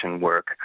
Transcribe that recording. work